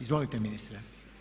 Izvolite ministre.